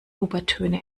obertöne